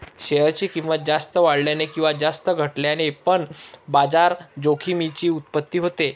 share ची किंमत जास्त वाढल्याने किंवा जास्त घटल्याने पण बाजार जोखमीची उत्पत्ती होते